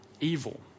evil